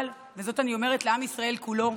אבל, וזאת אני אומרת לעם ישראל כולו,